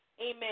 Amen